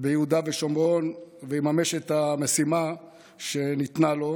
ביהודה ושומרון ויממש את המשימה שניתנה לו,